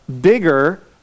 bigger